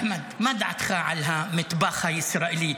אחמד, מה דעתך על המטבח הישראלי?